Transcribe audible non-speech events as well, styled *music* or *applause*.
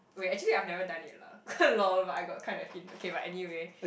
wait actually I've never done it lah *noise* lol but I got kind of hint but okay